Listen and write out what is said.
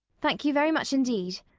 thank you very much indeed.